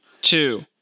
two